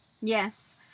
Yes